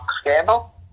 scandal